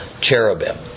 cherubim